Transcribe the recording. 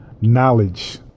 Knowledge